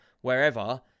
wherever